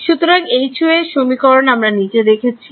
সুতরাং Hy এর সমীকরণ আমরা নিচে দেখেছি